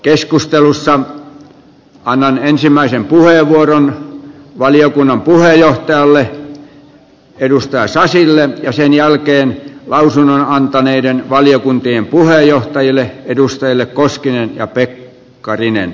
keskustelussa annan ensimmäisen puheenvuoron valiokunnan puheenjohtajalle edustaja sasille ja sen jälkeen lausunnon antaneiden valiokuntien puheenjohtajille edustajille johannes koskinen ja pekkarinen